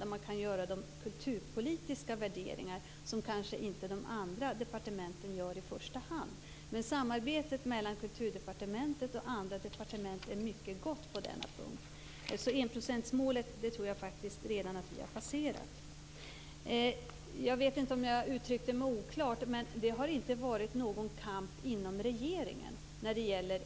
Där kan man ju göra de kulturpolitiska värderingar som kanske inte de andra departementen gör i första hand. Men samarbetet mellan Kulturdepartementet och andra departement är mycket gott på denna punkt. Jag tror faktiskt att vi redan har passerat enprocentsmålet. Jag vet inte om jag uttryckte mig oklart, men det har inte varit någon kamp inom regeringen när det gäller